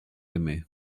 aimé